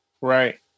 Right